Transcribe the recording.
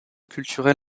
culturel